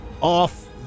off